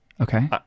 Okay